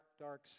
dark